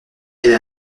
elle